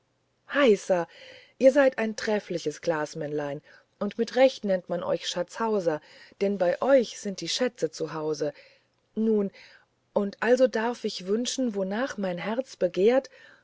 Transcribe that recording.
heisa ihr seid ein treffliches glasmännlein und mit recht nennt man euch schatzhauser denn bei euch sind die schätze zu hause nu und also darf ich wünschen wornach mein herz begehrt